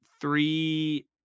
three